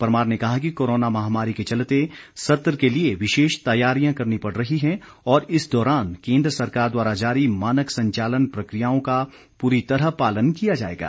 परमार ने कहा कि कोरोना महामारी के चलते सत्र के लिए विशेष तैयारियां करनी पड़ रही हैं और इस दौरान केंद्र सरकार द्वारा जारी मानक संचालन प्रकियाओं का पूरी तरह पालन किया जाएगा